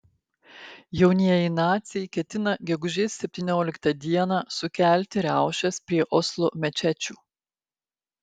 jaunieji naciai ketina gegužės septynioliktą dieną sukelti riaušes prie oslo mečečių